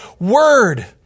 word